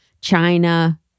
China